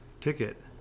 ticket